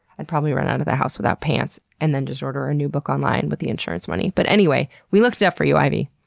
i'd probably run out of the house without pants and then just order a new book online with the insurance money. but anyway, we looked it up for you, ivey.